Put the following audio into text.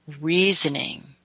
reasoning